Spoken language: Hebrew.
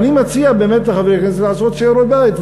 ואני מציע באמת לחברי הכנסת לעשות שיעורי בית,